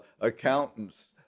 accountants